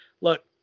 look